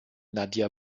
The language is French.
nadia